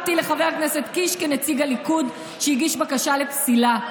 אני דיברתי אל חבר הכנסת קיש כנציג הליכוד שהגיש בקשה לפסילה,